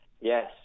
Yes